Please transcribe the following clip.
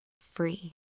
free